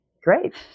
great